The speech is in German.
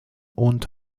und